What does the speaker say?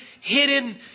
hidden